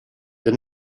the